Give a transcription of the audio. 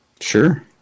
Sure